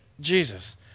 Jesus